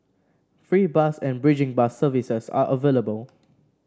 free bus and bridging bus services are available